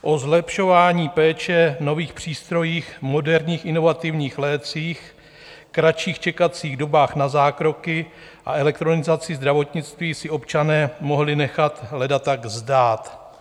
O zlepšování péče, nových přístrojích, moderních inovativních lécích, kratších čekacích dobách na zákroky a elektronizaci zdravotnictví si občané mohli nechat leda tak zdát.